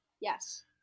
Yes